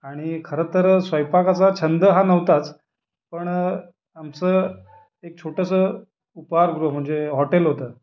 आणि खरं तर स्वयंपाकाचा छंद हा नव्हताच पण आमचं एक छोटंसं उपाहारगृह म्हणजे हॉटेल होतं